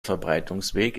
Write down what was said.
verbreitungsweg